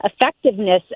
effectiveness